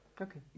Okay